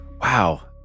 Wow